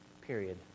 Period